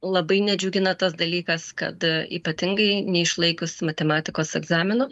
labai nedžiugina tas dalykas kad ypatingai neišlaikius matematikos egzaminų